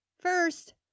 First